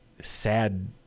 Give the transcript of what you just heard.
sad